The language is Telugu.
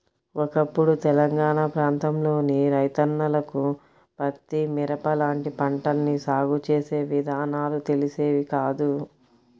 ఒకప్పుడు తెలంగాణా ప్రాంతంలోని రైతన్నలకు పత్తి, మిరప లాంటి పంటల్ని సాగు చేసే విధానాలు తెలిసేవి కాదు